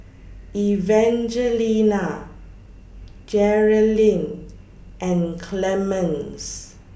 Evangelina Jerrilyn and Clemens